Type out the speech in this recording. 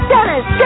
Dennis